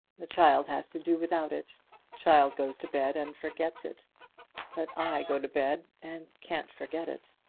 the child has to do without it. the child goes to bed and forgets it but i go to bed and can't forget it.